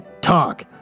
talk